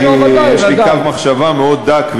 כי יש לי קו מחשבה מאוד דק,